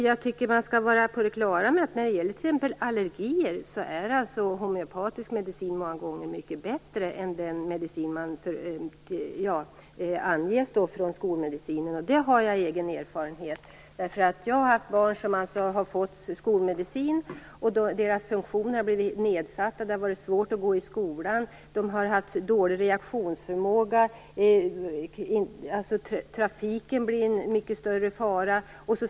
Jag tycker att vi skall vara på det klara med att när det t.ex. gäller allergier är homeopatisk medicin många gånger mycket bättre än den medicin som skolmedicinen använder. Det har jag egen erfarenhet av. Jag har haft barn som har fått skolmedicin. Deras funktioner har blivit nedsatta. Det har varit svårt att gå i skolan. De har haft dålig reaktionsförmåga, vilket medför att trafiken blir en mycket större fara.